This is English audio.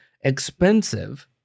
expensive